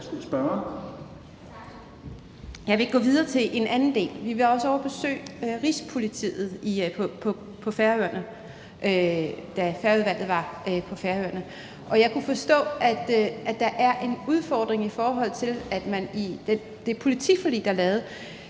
Jeg vil gå videre til en anden del. Vi var også ovre at besøge Rigspolitiet på Færøerne, da Færøudvalget var på Færøerne, og jeg kunne forstå, at der er en udfordring, i forhold til at man i det politiforlig, der er lavet,